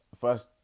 first